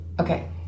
Okay